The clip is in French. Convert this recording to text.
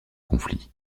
conflit